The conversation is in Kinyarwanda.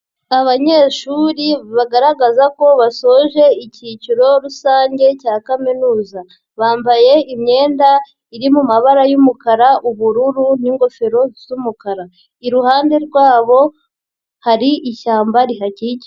Abanyeshuri bagaragaza ko basoje icyiciro rusange cya kaminuza. Bambaye imyenda iri mu mabara y'umukara, ubururu n'ingofero z'umukara. Iruhande rwabo hari ishyamba rihakikije.